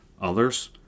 others